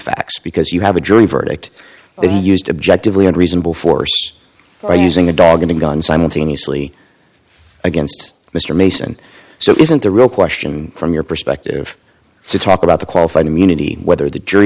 facts because you have a jury verdict but he used objective and reasonable force or using a dog and a gun simultaneously against mr mason so isn't the real question from your perspective to talk about the qualified immunity and whether the jury